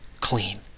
clean